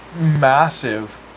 massive